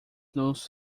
nos